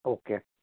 okay